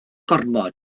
gormod